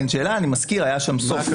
צריך צעדים אקטיביים שהממשלה צריכה לעשות.